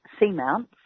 seamounts